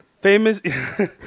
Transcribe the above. Famous